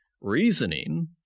reasoning